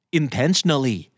intentionally